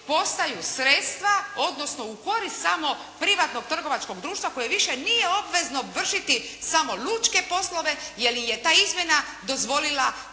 postaju sredstva odnosno u korist samo privatnog trgovačkog društva koje više nije obvezno vršiti samo lučke poslove jer im je ta izmjena dozvolila